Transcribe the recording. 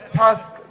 task